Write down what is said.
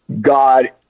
God